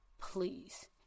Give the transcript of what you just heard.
please